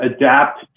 adapt